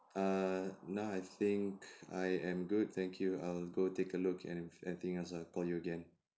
err nah I think I am good thank you I'll go take a look and if anything else I'll call you again